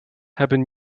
hebben